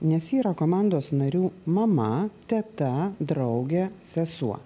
nes ji yra komandos narių mama teta draugė sesuo